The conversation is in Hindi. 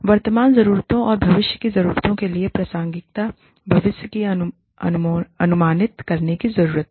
वर्तमान ज़रूरतों और भविष्य की ज़रूरतों के लिए प्रासंगिकता भविष्य की अनुमानित करने की जरूरत है